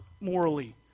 morally